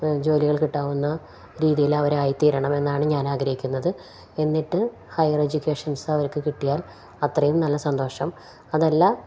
ജോലികൾ കിട്ടാവുന്ന രീതിൽ അവരായിത്തീരണമെന്നാണു ഞാൻ ആഗ്രഹിക്കുന്നത് എന്നിട്ട് ഹയർ എജ്യൂക്കേഷൻ അവർക്കു കിട്ടിയാൽ അത്രയും നല്ല സന്തോഷം അതല്ല